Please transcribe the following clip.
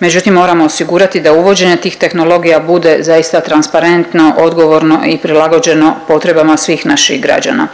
međutim moramo osigurati da uvođenje tih tehnologija bude zaista transparentno, odgovorno i prilagođeno potrebama svih naših građana.